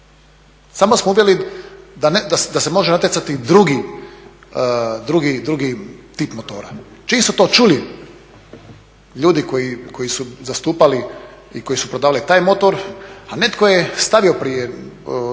Samo smo uveli da se može natjecati i drugi tip motora. Čim su to čuli ljudi koji su zastupali i koji su prodavali taj motor, a netko je stavio prije